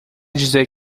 dizer